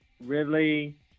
Ridley